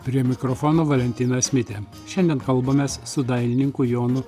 prie mikrofono valentinas mitė šiandien kalbamės su dailininku jonu